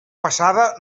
passada